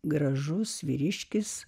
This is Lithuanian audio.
gražus vyriškis